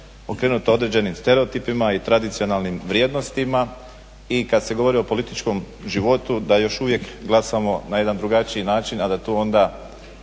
okrenuto određenim stereotipima i tradicionalnim vrijednostima. I kad se govori o političkom životu da još uvijek glasamo na jedan drugačiji način, a da tu onda